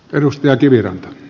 arvoisa puhemies